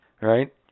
right